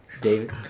David